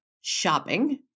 shopping